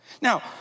Now